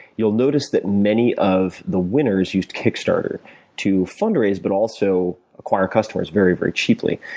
you'll notice that many of the winners used kickstarter to fundraise, but also acquire customers very, very cheaply.